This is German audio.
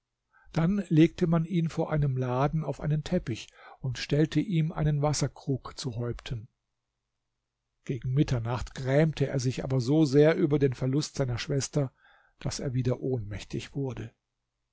dann legte man ihn vor einem laden auf einen teppich und stellte ihm einen wasserkrug zu häupten gegen mitternacht grämte er sich aber so sehr über den verlust seiner schwester daß er wieder ohnmächtig wurde